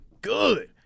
good